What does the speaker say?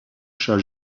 chat